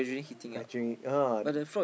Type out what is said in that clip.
graduate oh